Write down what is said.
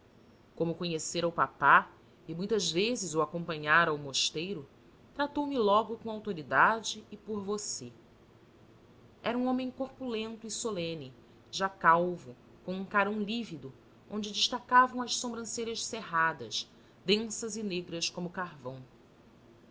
como conhecera o papá e muitas vezes o acompanhara ao mosteiro tratou-me logo com autoridade e por você era um homem corpulento e solene já calvo com um carão lívido onde desatacavam as sobrancelhas cerradas densas e negras como carvão